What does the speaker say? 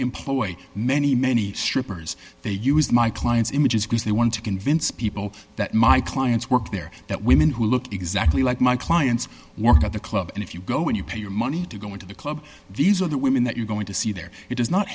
employ many many strippers they use my clients images because they want to convince people that my clients work there that women who look exactly like my clients work at the club and if you go in you pay your money to go into the club these are the women that you're going to see there it does not